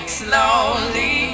slowly